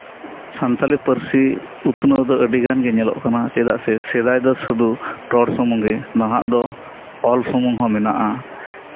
ᱥᱟᱱᱛᱟᱲᱤ ᱯᱟᱹᱨᱥᱤ ᱩᱛᱱᱟᱹᱣ ᱫᱚ ᱟᱹᱰᱤ ᱜᱟᱱ ᱜᱮ ᱧᱮᱞᱚᱜ ᱠᱟᱱᱟ ᱪᱮᱫᱟᱜ ᱥᱮ ᱥᱮᱫᱟᱭ ᱫᱚ ᱥᱩᱫᱩ ᱨᱚᱲ ᱥᱩᱢᱩᱝ ᱜᱮ ᱱᱟᱦᱟᱜ ᱫᱚ ᱚᱞ ᱥᱩᱢᱩᱝ ᱦᱚᱸ ᱢᱮᱱᱟᱜᱼᱟ